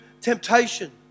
temptation